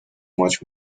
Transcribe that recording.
much